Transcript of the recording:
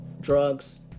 drugs